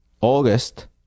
august